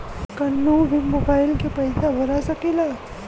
कन्हू भी मोबाइल के पैसा भरा सकीला?